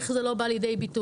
איך זה לא בא לידי ביטוי?